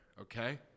okay